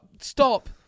stop